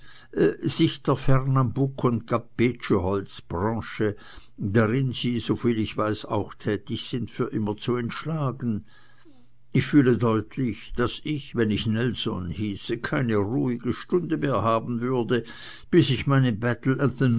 sich der fernambuk und campecheholzbranche darin sie soviel ich weiß auch tätig sind für immer zu entschlagen ich fühle deutlich daß ich wenn ich nelson hieße keine ruhige stunde mehr haben würde bis ich meine